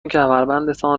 کمربندتان